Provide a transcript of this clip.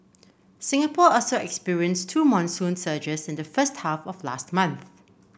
Singapore also experienced two monsoon surges in the first half of last month